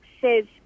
says